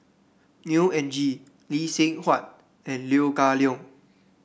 Neo Anngee Lee Seng Huat and Leo Kah Leong